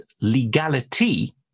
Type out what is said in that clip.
legality